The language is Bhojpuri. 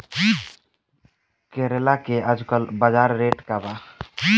करेला के आजकल बजार रेट का बा?